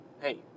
hey